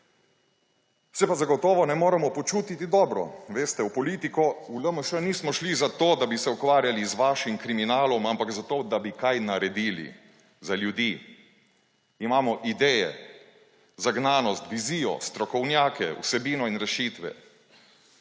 Se pa zagotovo ne moremo počutiti dobro. Veste, v politiko v LMŠ nismo šli zato, da bi se ukvarjali z vašim kriminalom, ampak zato, da bi kaj naredili za ljudi. Imamo ideje, zagnanost, vizijo, strokovnjake, vsebino in rešitve.